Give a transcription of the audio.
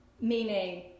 meaning